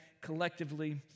collectively